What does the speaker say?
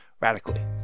radically